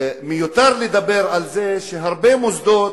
מיותר לדבר על זה שהרבה מוסדות,